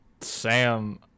Sam